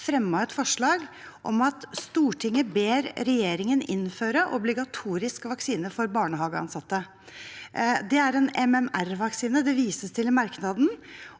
følgende forslag: «Stortinget ber regjeringen innføre obligatorisk vaksine for barnehageansatte.» Det var en MMR-vaksine det ble vist til i merknaden.